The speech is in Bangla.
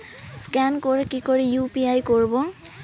স্ক্যান করে কি করে ইউ.পি.আই করবো?